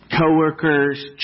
co-workers